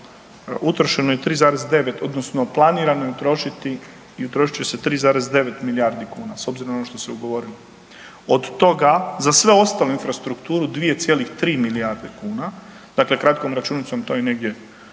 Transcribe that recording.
utrošeno je 3,9 odnosno planiramo je utrošiti i utrošit će se 3,9 milijardi kuna s obzirom na ono što se ugovorilo. Od toga za svu ostalu infrastrukturu 2,3 milijardu kuna, dakle kratkom računicom to je negdje ipak malo